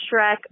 Shrek